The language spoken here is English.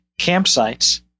campsites